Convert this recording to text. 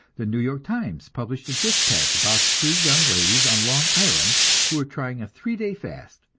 the new york times published a dispatch about three young ladies on long island who were trying a three-day fast,